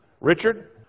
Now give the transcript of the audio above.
Richard